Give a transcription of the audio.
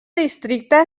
districte